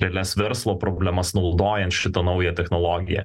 realias verslo problemas naudojant šitą naują technologiją